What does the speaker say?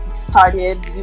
started